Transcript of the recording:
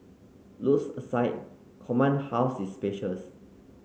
looks aside Command House is spacious